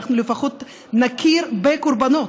אנחנו לפחות נכיר בקורבנות.